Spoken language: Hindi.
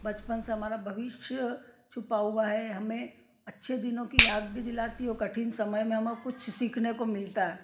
बचपन से हमारा भविष्य छुपा हुआ है हमें अच्छे दिनों की याद भी दिलाती वो कठिन समय में हमें कुछ सीखने को मिलता